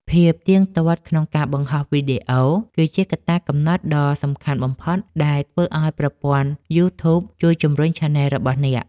ភាពទៀងទាត់ ក្នុងការបង្ហោះវីដេអូ គឺជាកត្តាកំណត់ដ៏សំខាន់បំផុតដែលធ្វើឱ្យប្រព័ន្ធ យូធូប ជួយជម្រុញឆានែលរបស់អ្នក។